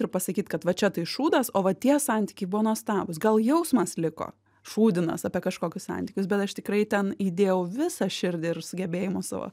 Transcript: ir pasakyt kad va čia tai šūdas o va tie santykiai buvo nuostabūs gal jausmas liko šūdinas apie kažkokius santykius bet aš tikrai ten įdėjau visą širdį ir sugebėjimus savo